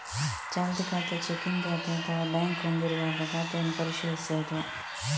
ಚಾಲ್ತಿ ಖಾತೆ, ಚೆಕ್ಕಿಂಗ್ ಖಾತೆ ಅಥವಾ ಬ್ಯಾಂಕ್ ಹೊಂದಿರುವಾಗ ಖಾತೆಯನ್ನು ಪರಿಶೀಲಿಸುವುದು